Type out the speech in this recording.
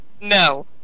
No